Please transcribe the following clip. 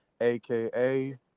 aka